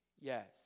Yes